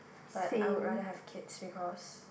but I would rather have kids because